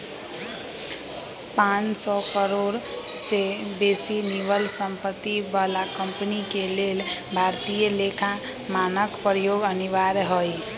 पांन सौ करोड़ से बेशी निवल सम्पत्ति बला कंपनी के लेल भारतीय लेखा मानक प्रयोग अनिवार्य हइ